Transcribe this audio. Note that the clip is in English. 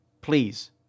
please